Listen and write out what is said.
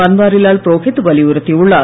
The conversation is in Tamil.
பன்வாரிலால் புரோஹித் வலியுறுத்தியுள்ளார்